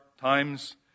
times